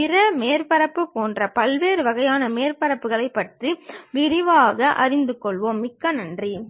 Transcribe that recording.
அடுத்த வகுப்பில் வெவ்வேறு பொருட்களின் எறியத்தை எவ்வாறு புரிந்து கொள்வது என்பது பற்றி கற்கலாம்